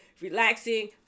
relaxing